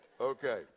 Okay